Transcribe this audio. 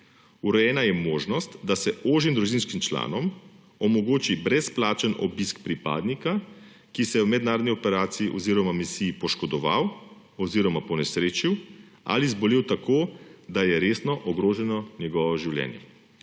Urejena je možnost, da se ožjim družinskim članom omogoči brezplačen obisk pripadnika, ki se je v mednarodni operaciji oziroma misiji poškodoval oziroma ponesrečil ali zbolel tako, da je resno ogroženo njegovo življenje.